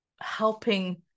helping